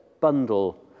bundle